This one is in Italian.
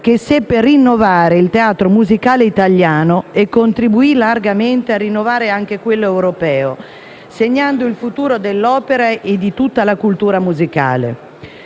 che seppe rinnovare il teatro musicale italiano e contribuì largamente a rinnovare anche quello europeo, segnando il futuro dell'opera e di tutta la cultura musicale.